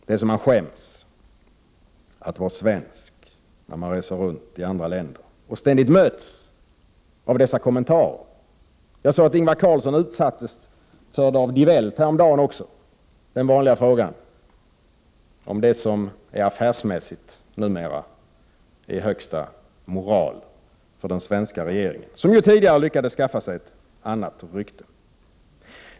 Det är så att man skäms att vara svensk när man reser runt i andra länder och ständigt möts av dessa kommentarer. Ingvar Carlsson utsattes ju häromdagen från Die Welt för den vanliga frågan om det som är affärsmässigt numera är högsta moral för den svenska regeringen, som ju tidigare lyckades skaffa sig ett annat rykte.